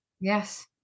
Yes